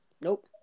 Nope